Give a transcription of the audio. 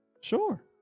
Sure